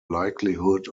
likelihood